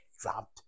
dropped